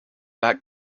back